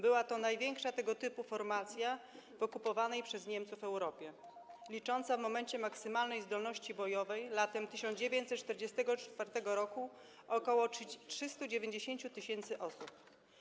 Była to największa tego typu formacja w okupowanej przez Niemców Europie, licząca w momencie maksymalnej zdolności bojowej, latem 1944 r., ok. 390 tys. osób.